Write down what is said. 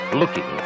looking